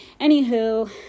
anywho